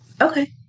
Okay